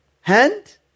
hand